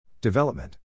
development